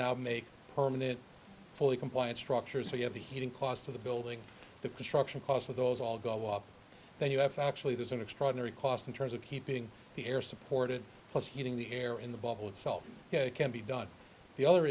now make permanent fully compliant structures so you have the heating cost of the building the construction cost of those all go up then you have to actually there's an extraordinary cost in terms of keeping the air supported plus heating the air in the bubble itself can be done the other